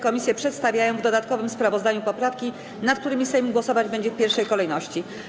Komisje przedstawiają w dodatkowym sprawozdaniu poprawki, nad którymi Sejm głosować będzie w pierwszej kolejności.